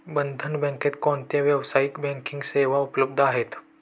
बंधन बँकेत कोणत्या व्यावसायिक बँकिंग सेवा उपलब्ध आहेत?